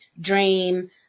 dream